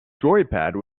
joypad